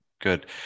Good